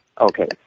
Okay